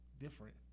different